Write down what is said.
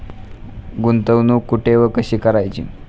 गुंतवणूक कुठे व कशी करायची?